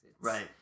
Right